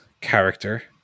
character